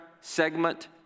segment